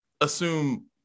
assume